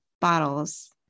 bottles